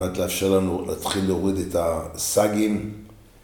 עד לאשר לנו להתחיל להוריד את הסגים